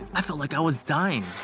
i felt like i was dying.